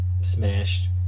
smashed